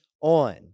on